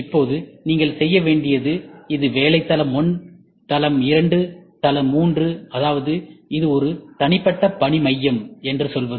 இப்போது நீங்கள் செய்ய வேண்டியது இது வேலைத்தளம் 1 தளம் 2 தளம் 3 அதாவது இது ஒரு தனிப்பட்ட பணி மையம் என்று சொல்வது